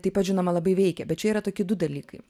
taip pat žinoma labai veikia bet čia yra toki du dalykai